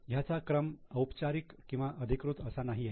ह्याचा क्रम औपचारिक किंवा अधिकृत असा नाहीये